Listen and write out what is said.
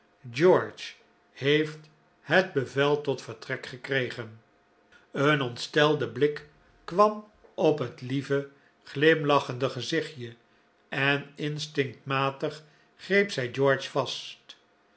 george heeft het bevel tot vertrek gekregen een ontstelde blik kwam op het lieve glimlachende gezichtje en instinctmatig greep zij george vast